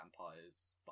vampires